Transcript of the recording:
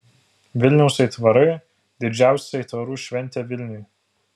vilniaus aitvarai didžiausia aitvarų šventė vilniui